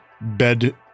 bed